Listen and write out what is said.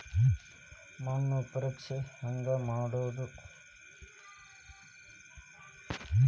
ಮಣ್ಣು ಪರೇಕ್ಷೆ ಹೆಂಗ್ ಮಾಡೋದು?